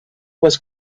was